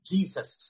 Jesus